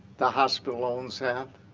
the hospital owns that,